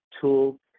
tool